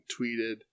tweeted